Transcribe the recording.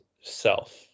self